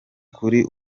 kuri